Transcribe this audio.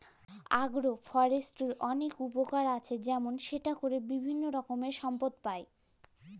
আগ্র ফরেষ্ট্রীর অলেক উপকার আছে যেমল সেটা ক্যরে বিভিল্য রকমের সম্পদ পাই